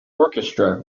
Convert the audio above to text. orchestra